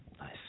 Nice